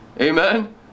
Amen